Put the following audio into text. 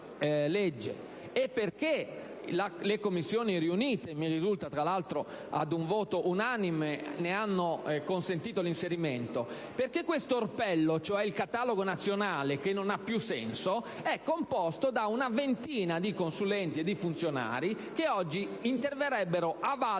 e perché le Commissioni riunite - mi risulta tra l'altro con voto unanime - ne hanno consentito l'inserimento? Perché questo orpello, cioè il catalogo nazionale, che non ha più senso, è composto da una ventina di consulenti e funzionari, che oggi interverrebbero a valle